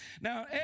Now